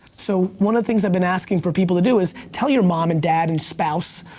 so, one of the things i've been asking for people to do is tell your mom and dad and spouse,